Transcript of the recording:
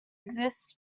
exist